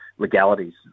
Legalities